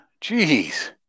Jeez